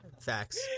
Facts